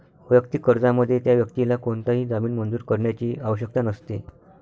वैयक्तिक कर्जामध्ये, त्या व्यक्तीला कोणताही जामीन मंजूर करण्याची आवश्यकता नसते